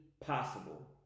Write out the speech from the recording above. possible